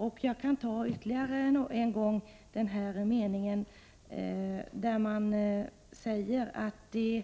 Jag vill läsa upp ytterligare en del av svaret, där det sägs: Det